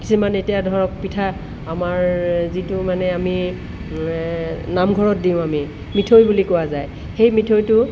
কিছুমান এতিয়া ধৰক পিঠা আমাৰ যিটো মানে আমি নামঘৰত দিওঁ আমি মিঠৈ বুলি কোৱা যায় সেই মিঠৈটো